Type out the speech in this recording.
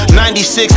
96